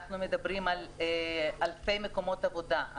אנחנו מדברים על אלפי מקומות עבודה,